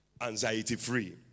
Anxiety-free